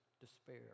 despair